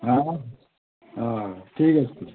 ହଁ ହଁ ଠିକ୍ ଅଛି